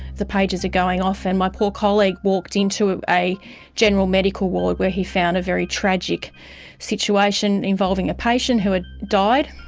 the pagers were going off, and my poor colleague walked into a general medical ward where he found a very tragic situation involving a patient who had died.